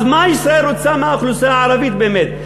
אז מה ישראל רוצה מהאוכלוסייה הערבית באמת?